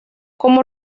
como